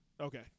Okay